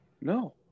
No